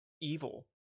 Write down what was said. evil